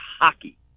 hockey